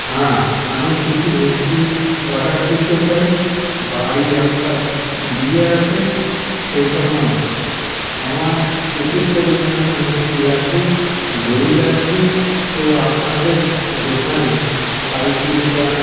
হ্যাঁ আমি কিছু মিষ্টি অর্ডার দিতে চাই বাড়ি একটা বিয়ে আসে সেই সম্বন্ধে আমার প্রচুর পরিমাণে মিষ্টি লাগবে দই লাগবে তো আপনাদের দোকানে পাইকারি দামে